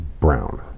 brown